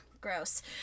gross